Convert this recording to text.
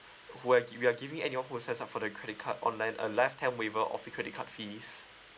who are give we are giving anyone who will sets up for the credit card online a life time waiver off the credit card fees